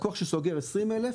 לקוח שסוגר 20,000,